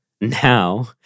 Now